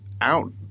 out